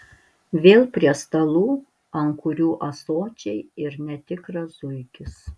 vėl prie stalų ant kurių ąsočiai ir netikras zuikis